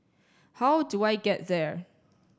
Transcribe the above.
how do I get there